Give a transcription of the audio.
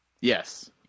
Yes